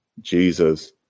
jesus